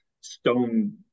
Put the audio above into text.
stone